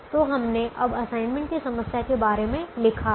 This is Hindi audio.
तो हमने अब असाइनमेंट की समस्या के बारे में लिखा है